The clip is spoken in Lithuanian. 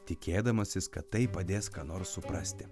tikėdamasis kad tai padės ką nors suprasti